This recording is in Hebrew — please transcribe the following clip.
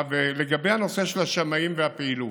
לגבי הנושא של השמאים והפעילות,